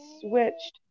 switched